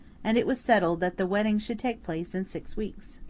and it was settled that the wedding should take place in six weeks.